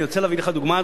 אני רוצה להביא לך דוגמה,